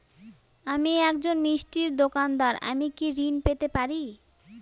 আমি একজন মিষ্টির দোকাদার আমি কি ঋণ পেতে পারি?